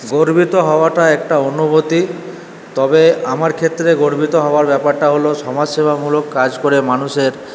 গর্বিত হওয়াটা একটা অনুভূতি তবে আমার ক্ষেত্রে গর্বিত হওয়ার ব্যাপারটা হলো সমাজ সেবামূলক কাজ করে মানুষের